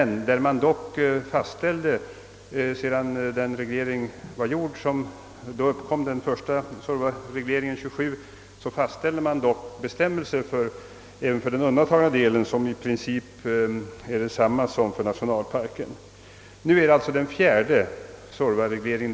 När den första regleringen genomfördes 1927 fastställdes bestämmelser även för den undantagna delen vilka i princip är desamma som för nationalparken. Nu gäller det sålunda den fjärde sourvaregleringen.